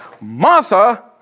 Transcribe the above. Martha